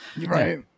Right